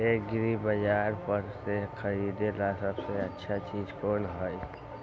एग्रिबाजार पर से खरीदे ला सबसे अच्छा चीज कोन हई?